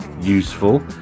useful